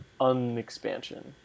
unexpansion